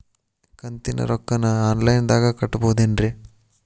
ಕಂತಿನ ರೊಕ್ಕನ ಆನ್ಲೈನ್ ದಾಗ ಕಟ್ಟಬಹುದೇನ್ರಿ?